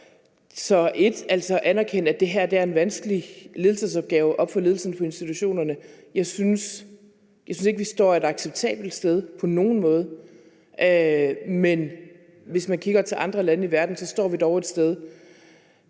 Så altså, det er at anerkende, at det her er en vanskelig ledelsesopgave for ledelsen af institutionerne. Jeg synes ikke, vi på nogen måde står et acceptabelt sted, men hvis man kigger til andre lande i verden, står vi dog et sted,